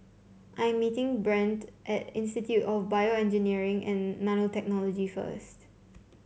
I am meeting Brent at Institute of BioEngineering and Nanotechnology first